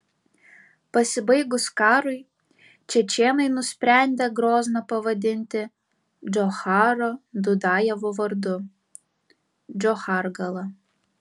pasibaigus karui čečėnai nusprendę grozną pavadinti džocharo dudajevo vardu džochargala